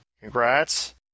Congrats